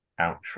outro